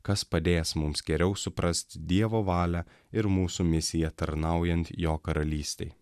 kas padės mums geriau suprasti dievo valią ir mūsų misiją tarnaujant jo karalystei